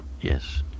Yes